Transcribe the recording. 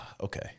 Okay